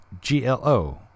G-L-O